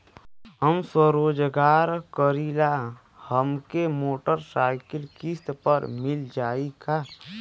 हम स्वरोजगार करीला हमके मोटर साईकिल किस्त पर मिल जाई का?